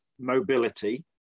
mobility